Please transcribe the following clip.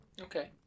Okay